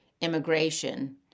immigration